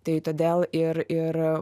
tai todėl ir ir